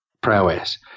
prowess